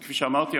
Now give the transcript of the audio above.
וכפי שאמרתי,